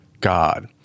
God